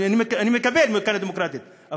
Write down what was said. אני מקבל דמוקרטית,